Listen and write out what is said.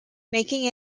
making